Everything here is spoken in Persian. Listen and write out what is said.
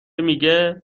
میگه